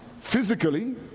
physically